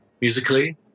musically